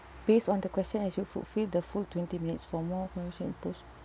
based on the question as you fulfilled the full twenty minutes for more question post